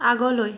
আগলৈ